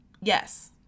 Yes